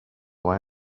why